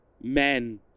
men